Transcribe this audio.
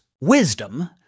Wisdom